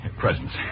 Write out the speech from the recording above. Presents